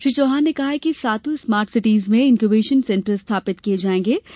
श्री चौहान ने कहा है कि सातो स्मार्ट सिटीज में इन्क्यूवेशन सेण्टर स्थापित किये जायेंगे ै